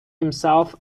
himself